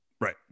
right